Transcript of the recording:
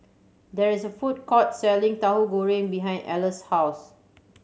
there is a food court selling Tahu Goreng behind Ellar's house